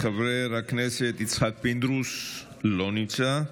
חבר הכנסת יצחק פינדרוס, לא נמצא.